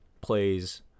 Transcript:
plays